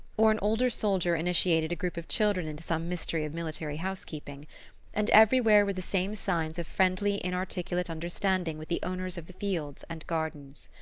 or an older soldier initiated a group of children into some mystery of military housekeeping and everywhere were the same signs of friendly inarticulate understanding with the owners of the fields and gardens.